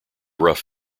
rough